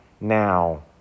now